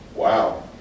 wow